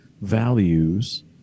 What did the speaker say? values